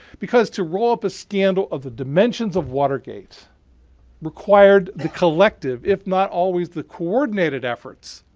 because to roll up a scandal of the dimensions of watergate required the collective, if not always the coordinated efforts,